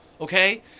okay